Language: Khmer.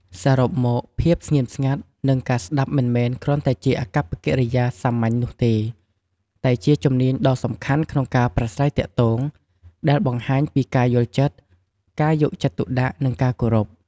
សរុបមក ភាពស្ងៀមស្ងាត់ និងការស្តាប់មិនមែនគ្រាន់តែជាអាកប្បកិរិយាសាមញ្ញនោះទេ តែជាជំនាញដ៏សំខាន់ក្នុងការប្រាស្រ័យទាក់ទង ដែលបង្ហាញពី ការយល់ចិត្ត ការយកចិត្តទុកដាក់ និងការគោរព។